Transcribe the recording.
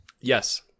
yes